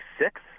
six